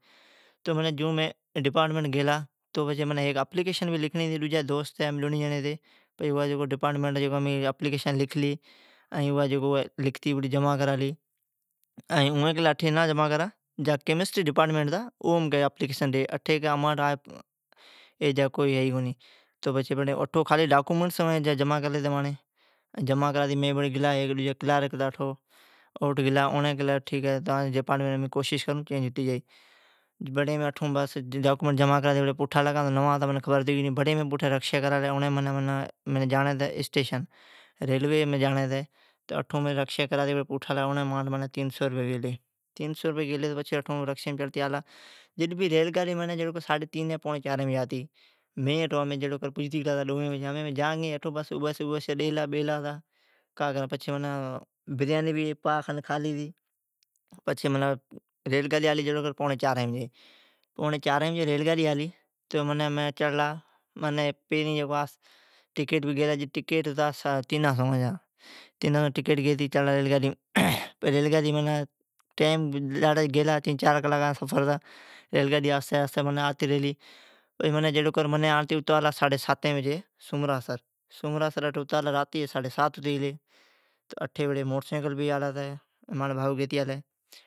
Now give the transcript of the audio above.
جیون مین ڈپارٹمینٹ گیلا تو منین اپلیکیشن بھی ڈیڑین ھتی ائین مانجی ڈجی دوست بھی مان بھیڑی ھتی۔ ائین امین ڈپارٹمینٹا جی اپلیکیشن لکھتی اٹھی جمع کرالی۔ اوین کیلی اٹھی نا جمع کرا کیمسٹری ڈپارٹمینٹ ہے اوم جمع کرا۔ اٹھی مانجی خالی ڈاکیومینٹس ھتی۔ اوڑین کیلی کی امین کوشش کرون ھتی جائی۔ ائین بڑی مین رکشی کرالی ائین پوٹھا اسٹیشن آلا۔ ریلویم جاڑین ھتی ائین مانٹھ تین سئو روپئی گیلی۔ جڈ بھی ریل گاڈیم جاڑین ھلی۔ مین ڈووین بجی پجلا ائین اٹھو اباسیا ڈیلا پلاائی اٹھو پاء خان بریانی بھی خالی پتی۔ ریل گاڈی آلی تینا سوا جا ٹکیٹ گیتی چڑلا ریلگاڈیم۔ ریل گاڈی آھشتی آھشتی آلی ائین منین ساڈھی ساتین بجی چھوڑلا سومرا سر۔ ائین اٹھی آلا جکار مانجی بھائو موٹر سائیکل گیتی آلی۔